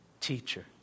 teacher